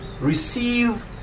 receive